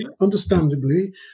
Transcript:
understandably